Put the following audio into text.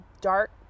dark